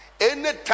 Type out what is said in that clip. anytime